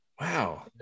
Wow